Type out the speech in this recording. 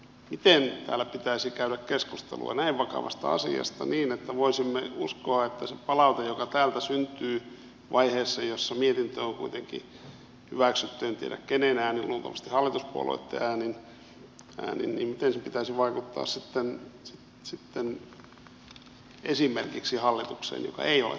miten täällä pitäisi käydä keskustelua näin vakavasta asiasta niin että voisimme uskoa että se palaute joka täältä syntyy vaiheessa jossa mietintö on kuitenkin hyväksytty en tiedä kenen äänin luultavasti hallituspuolueitten äänin miten sen pitäisi vaikuttaa sitten esimerkiksi hallitukseen joka ei ole täällä edustettuna